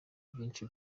byinshi